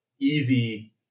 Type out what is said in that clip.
easy